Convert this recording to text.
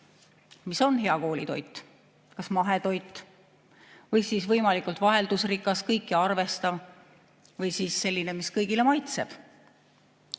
Mis on hea koolitoit? Kas mahetoit või võimalikult vaheldusrikas ja kõiki arvestav või selline, mis kõigile maitseb?